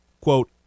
quote